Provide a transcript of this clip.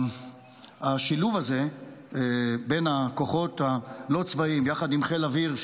השילוב הזה בין הכוחות הלא-צבאיים וחיל האוויר,